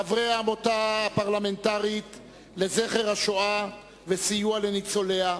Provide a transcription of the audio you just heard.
חברי העמותה הפרלמנטרית לזכר השואה ולסיוע לניצוליה,